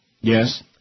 Yes